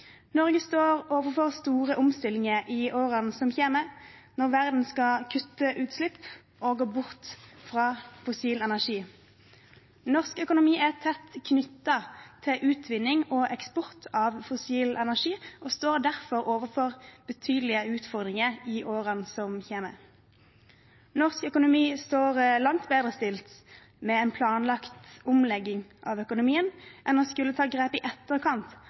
Norge står overfor store omstillinger i årene som kommer, når verden skal kutte utslipp og gå bort fra fossil energi. Norsk økonomi er tett knyttet til utvinning og eksport av fossil energi og står derfor overfor betydelige utfordringer i årene som kommer. Norsk økonomi står langt bedre stilt med en planlagt omlegging av økonomien enn om man skulle ta grep i etterkant